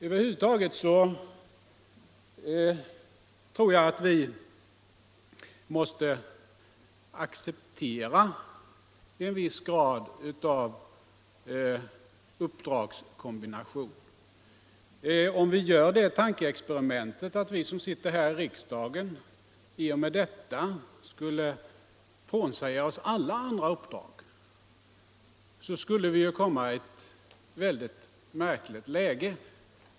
Över huvud taget måste vi acceptera en viss grad av uppdragskombination. Om vi gör det tankeexperimentet att vi som sitter i riksdagen skulle frånsäga oss alla andra uppdrag, skulle vi hamna i ett märkligt läge.